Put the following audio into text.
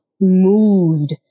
moved